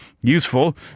useful